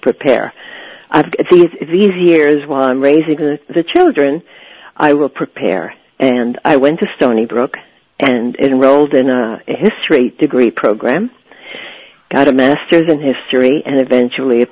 prepare these years while i'm raising the children i will prepare and i went to stony brook and rolled in a history degree program got a master's in history and eventually a